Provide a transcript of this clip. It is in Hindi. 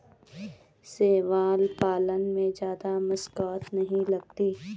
शैवाल पालन में जादा मशक्कत नहीं लगती